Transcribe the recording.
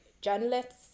journalists